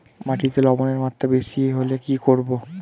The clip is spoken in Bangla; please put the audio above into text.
মাটিতে লবণের মাত্রা বেশি হলে কি করব?